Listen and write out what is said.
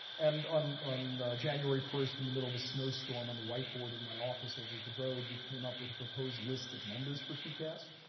and on on january one, in the middle of a snowstorm, on the whiteboard in my office over at the broad, we came up with a proposed list of members for pcast.